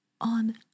On